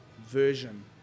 version